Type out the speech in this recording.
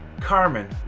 Carmen